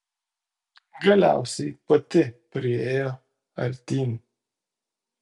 galiausiai pati priėjo artyn